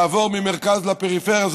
לעבור ממרכז לפריפריה.